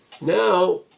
Now